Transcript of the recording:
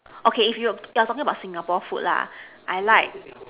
okay if you talking about Singapore food I like